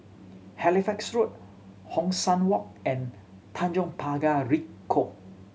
Halifax Road Hong San Walk and Tanjong Pagar Ricoh